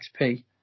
XP